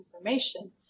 information